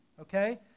okay